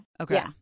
Okay